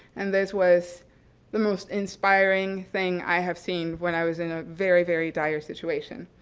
and this was the most inspiring thing i have seen when i was in a very, very dire situation.